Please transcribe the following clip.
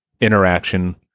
interaction